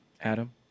Adam